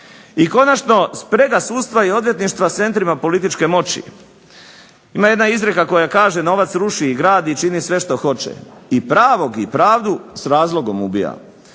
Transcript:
I konačno, sprega sudstva i odvjetništva s centrima političke moći. Ima jedna izreka koja kaže "novac ruši i gradi i čini sve što hoće i pravog i pravdu s razlogom ubija".